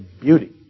beauty